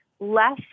Less